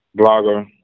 Blogger